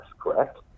Correct